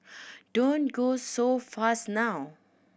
don't go so fast now